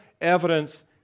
evidence